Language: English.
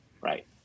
right